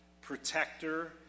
protector